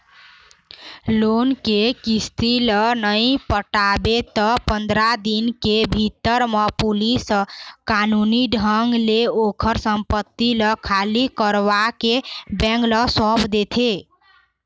loan के किस्ती ल नइ पटाबे त पंदरा दिन के भीतर म पुलिस ह कानूनी ढंग ले ओखर संपत्ति ल खाली करवाके बेंक ल सौंप देथे